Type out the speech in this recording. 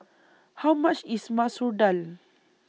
How much IS Masoor Dal